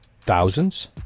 Thousands